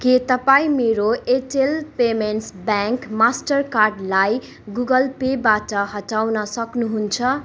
के तपाईँ मेरो एयरटेल पेमेन्ट्स ब्याङ्क मास्टरकार्डलाई गुगल पेबाट हटाउन सक्नुहुन्छ